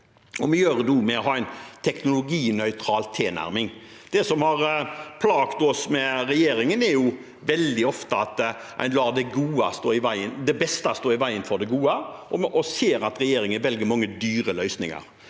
vi har en teknologinøytral tilnærming. Det som har plaget oss med regjeringen, er at en veldig ofte lar det beste stå i veien for det gode, og vi ser at regjeringen velger mange dyre løsninger.